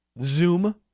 Zoom